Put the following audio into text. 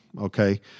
okay